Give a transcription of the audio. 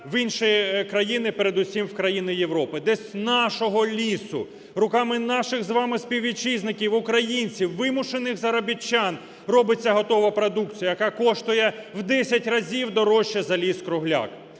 в інші країни, передусім в країни Європи, де з нашого лісу руками наших з вами співвітчизників українців, вимушених заробітчан, робиться готова продукція, яка коштує в 10 разів дорожче за ліс-кругляк.